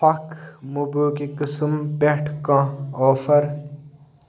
ہۄکھ مٔبوٗکِکۍ قٕسٕم پٮ۪ٹھ کانٛہہ آفر